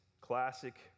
classic